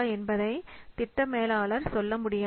என்பதை திட்ட மேலாளர்கள் சொல்ல முடியாது